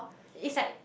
it's like